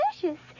delicious